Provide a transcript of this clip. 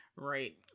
Right